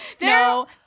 no